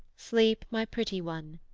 sleep, my pretty one,